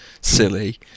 silly